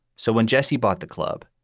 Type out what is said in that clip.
so when jesse bought the club,